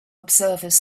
observers